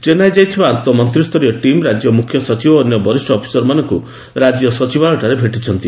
ଚେନ୍ନାଇ ଯାଇଥିବା ଆନ୍ତଃ ମନ୍ତ୍ରୀସରିୟ ଟିମ୍ ରାଜ୍ୟ ମୁଖ୍ୟ ସଚିବ ଓ ଅନ୍ୟ ବରିଷ୍ଠ ଅଫିସରମାନଙ୍କୁ ରାଜ୍ୟ ସଚିବାଳୟଠାରେ ଭେଟିଛନ୍ତି